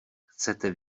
chcete